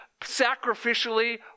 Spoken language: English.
sacrificially